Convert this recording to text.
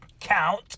Count